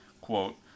Quote